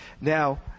now